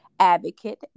advocate